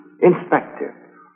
Inspector